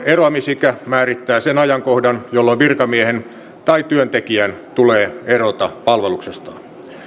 eroamisikä määrittää sen ajankohdan jolloin virkamiehen tai työntekijän tulee erota palveluksestaan